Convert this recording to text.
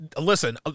Listen